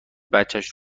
بچش